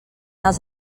els